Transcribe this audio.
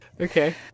Okay